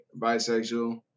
bisexual